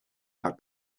had